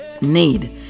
need